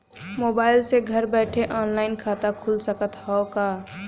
Mobile से घर बैठे ऑनलाइन खाता खुल सकत हव का?